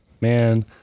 man